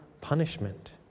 punishment